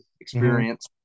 experience